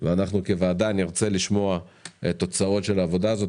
אנחנו כוועדה נרצה לשמוע את התוצאות של העבודה הזאת.